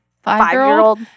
five-year-old